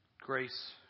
grace